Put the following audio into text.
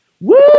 woo